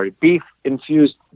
beef-infused